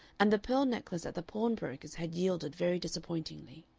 and the pearl necklace at the pawnbrokers' had yielded very disappointingly.